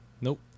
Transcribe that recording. Nope